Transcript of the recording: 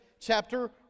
chapter